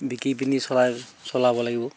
বিকি পিনি চলাই চলাব লাগিব